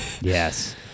yes